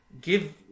Give